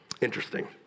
interesting